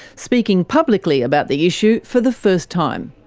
speaking publicly about the issue for the first time.